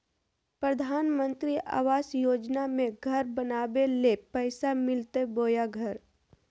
प्रधानमंत्री आवास योजना में घर बनावे ले पैसा मिलते बोया घर?